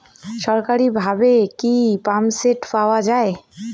সরকারিভাবে কি পাম্পসেট পাওয়া যায়?